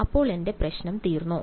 അപ്പോൾ എന്റെ പ്രശ്നം തീർന്നോ